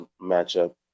matchup